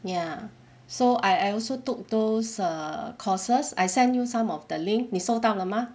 ya so I I also took those err courses I send you some of the link 你收到了吗